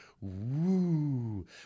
woo